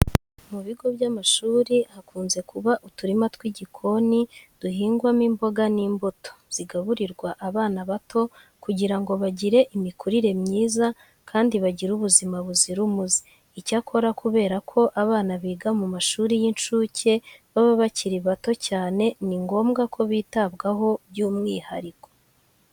Mu bigo by'amashuri hakunze kuba uturima tw'igikoni duhingwamo imboga n'imbuto zigaburirwa abana bato kugira ngo bagire imikurire myiza kandi bagire ubuzima buzira umuze. Icyakora kubera ko abana biga mu mashuri y'incuke baba bakiri bato cyane ni ngombwa ko bitabwaho by'umwihariko.